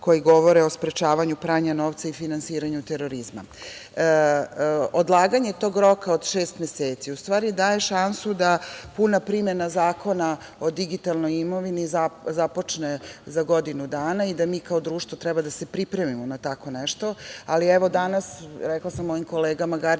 koji govore o sprečavanju pranja novca i finansiranju terorizma. Odlaganje tog roka od šest meseci u stvari daje šansu da puna primena zakona o digitalnoj imovini započne za godinu dana i da mi kao društvo treba da se pripremimo na tako nešto. Ali, evo, danas, rekla sam mojim kolegama,